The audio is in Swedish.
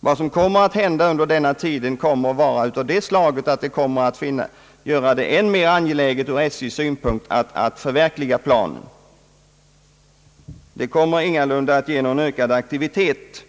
Vad som händer under denna tid blir av det slaget att det kommer att vara ännu mera angeläget ur SJ:s synpunkt att förverkliga planen. Det blir ingalunda någon ökad aktivitet